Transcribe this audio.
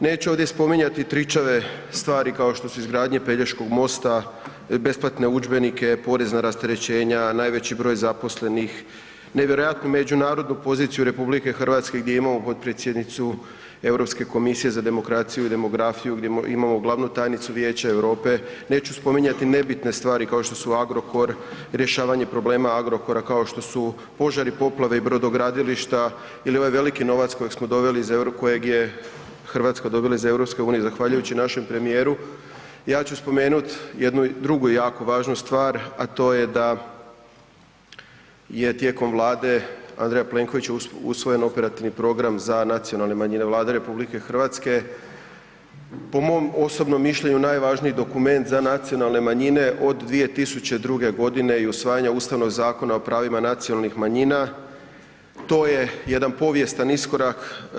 Neću ovdje spominjati tričave stvari kao su izgradnja Pelješkog mosta, besplatne udžbenike, porezna rasterećenja, najveći broj zaposlenih, nevjerojatnu međunarodnu poziciju RH gdje imamo potpredsjednicu Europske komisije za demokraciju i demografiju gdje imamo glavnu tajnicu Vijeća Europe, neću spominjati nebitne stvari kao što su Agrokor, rješavanje problema Agrokora, kao što su požari, poplave i brodogradilišta ili ovaj veliki novac koje je Hrvatska dobila iz EU zahvaljujući našem premijeru, ja ću spomenut jednu drugo jako važnu stvar, a to je da je tijekom Vlade Andreja Plenkovića usvojen Operativni program za nacionalne manjine Vlade RH, po mom osobnom mišljenju najvažniji dokument za nacionalne manjine od 2002. godine i usvajanje Ustavnog zakona o pravima nacionalnih manjina, to je jedan povijestan iskorak.